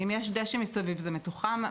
אם יש דשא מסביב זה מתוחם?